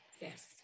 yes